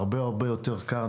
זה הרבה יותר קל,